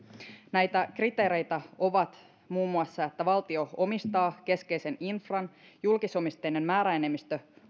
näitä kriteereitä ovat muun muassa että valtio omistaa keskeisen infran julkisomisteinen määräenemmistö